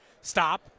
Stop